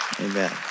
Amen